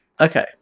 Okay